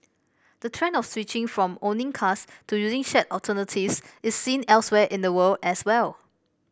the trend of switching from owning cars to using shared alternatives is seen elsewhere in the world as well